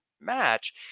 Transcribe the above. match